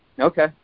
okay